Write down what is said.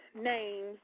names